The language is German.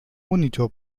monitor